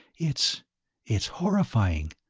it's it's horrifying!